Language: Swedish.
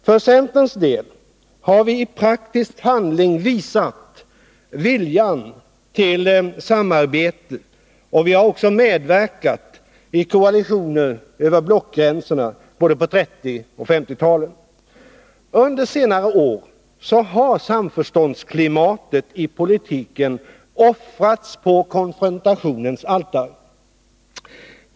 För centerns del har vi i praktisk handling visat viljan till samarbete, och vi har också medverkat i koalitioner över blockgränsen både på 1930 och 1950-talen. Under senare år har samförståndsklimatet i politiken offrats på konfrontationens altare.